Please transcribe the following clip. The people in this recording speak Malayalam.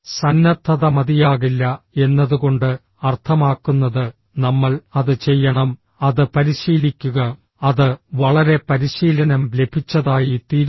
സന്നദ്ധത മതിയാകില്ല എന്നതുകൊണ്ട് അർത്ഥമാക്കുന്നത് നമ്മൾ അത് ചെയ്യണം അത് പരിശീലിക്കുക അത് വളരെ പരിശീലനം ലഭിച്ചതായിത്തീരുന്നു